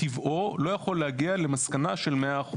מטבעו לא יכול להגיע למסקנה של מאה אחוז.